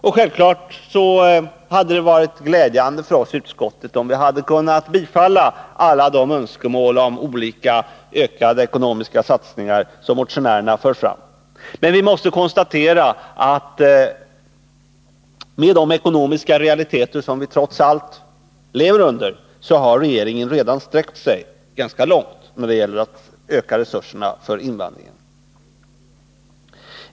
Och självfallet hade det varit glädjande för oss i utskottet om vi hade kunna bifalla alla de olika önskemål om ökade ekonomiska satsningar som motionärerna för fram, men vi måste konstatera att regeringen, med tanke på de ekonomiska realiteter som vi trots allt lever under, redan har sträckt sig ganska långt när det gäller att öka resurserna för invandringen.